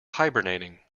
hibernating